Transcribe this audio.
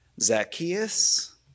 Zacchaeus